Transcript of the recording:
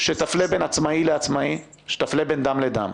שתפלה בין עצמאי לעצמאי, שתפלה בין דם לדם.